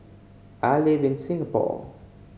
I live in Singapore